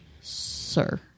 Sir